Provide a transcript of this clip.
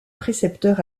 précepteur